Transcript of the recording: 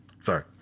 Sorry